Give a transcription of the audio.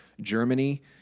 Germany